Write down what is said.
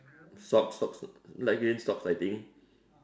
sock socks light green socks I think